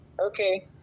okay